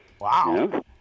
Wow